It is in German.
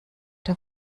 der